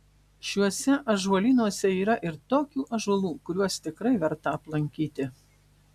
šiuose ąžuolynuose yra ir tokių ąžuolų kuriuos tikrai verta aplankyti